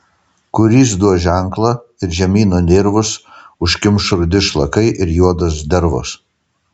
kuris duos ženklą ir žemyno nervus užkimš rudi šlakai ir juodos dervos